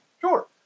Sure